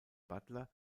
butler